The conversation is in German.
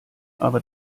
aber